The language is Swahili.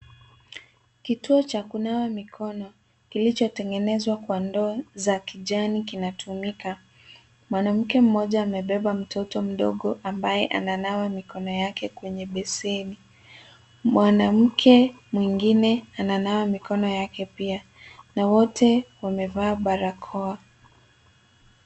Kituo cha kunawa mikono kilicho tengenezwa kwa ndoo za kijani kinatumika. Mwanamke mmoja amebeba mtoto mdogo ambaye ananawa mikono yake kwenye beseni. Mwanamke mwingine ananawa mikono yake pia, na wote wamevaa barakoa.